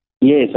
Yes